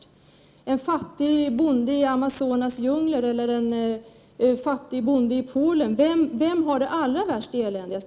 Är det en fattig bonde i Amazonas djungler, eller är det en fattig bonde i Polen?